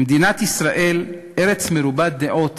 במדינת ישראל, ארץ מרובת דעות